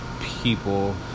people